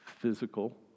physical